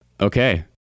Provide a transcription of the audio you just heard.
okay